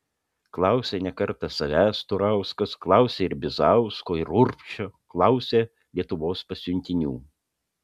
klausė ne kartą savęs turauskas klausė ir bizausko ir urbšio klausė lietuvos pasiuntinių